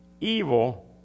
Evil